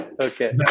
Okay